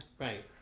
Right